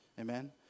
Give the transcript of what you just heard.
Amen